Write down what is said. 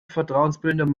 vertrauensbildende